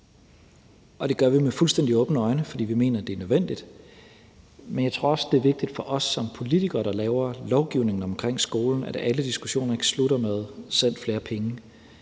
det gør vi med fuldstændig åbne øjne, fordi vi mener, at det er nødvendigt. Men jeg tror også, det er vigtigt for os som politikere, der laver lovgivningen omkring skolerne, at alle diskussioner ikke ender med: Send flere penge